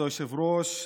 כבוד היושב-ראש,